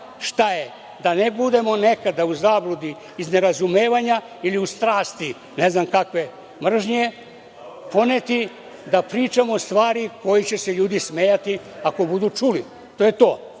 šta je da ne budemo nekada u zabludi iz nerazumevanja ili u strasti ne znam kakve mržnje poneti da pričamo stvari kojoj će se ljudi smejati ako budu čuli. To je to.